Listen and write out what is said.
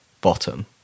bottom